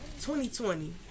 2020